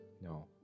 No